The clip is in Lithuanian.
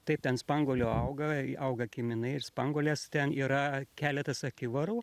taip ten spanguolių auga auga kiminai ir spanguolės ten yra keletas akivarų